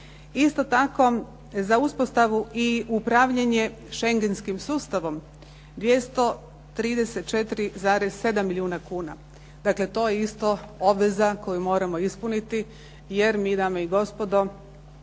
Isto tako za uspostavu i upravljanje Shengenskim sustavom 234,7 milijuna kuna. Dakle, to je isto obveza koju moramo ispraviti jer mi dame i gospodo